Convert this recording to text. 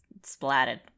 splatted